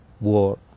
war